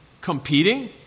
Competing